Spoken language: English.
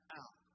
out